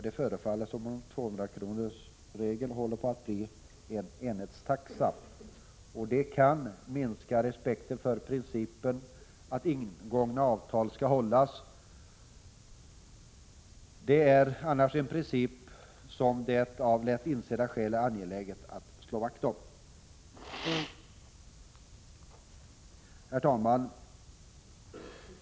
Det förefaller som om 200-kronorsregeln håller på att bli en enhetstaxa, och det kan minska respekten för principen att ingångna avtal skall hållas. Det är annars en princip som det av lätt insedda är angeläget att slå vakt om. Herr talman!